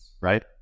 right